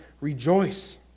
Rejoice